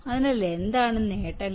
അതിനാൽ എന്താണ് നേട്ടങ്ങൾ